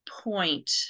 point